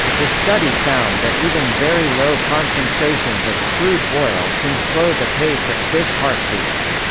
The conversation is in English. the study found that even very low concentrations of crude oil can slow the pace of fish heartbeats.